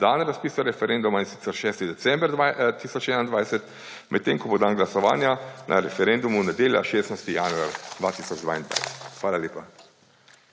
dan razpisa referenduma, in sicer 6. december 2021, medtem ko bo dan glasovanja na referendumu nedelja, 16. januar 2022. Hvala lepa.